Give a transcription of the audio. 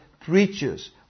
preachers